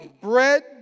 bread